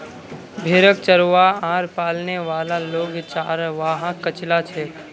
भेड़क चरव्वा आर पालने वाला लोग चरवाहा कचला छेक